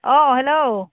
अ hello